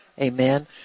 Amen